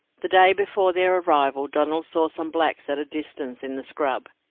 the day before their arrival donald saw some blacks at a distance in the scrub,